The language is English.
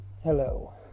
Hello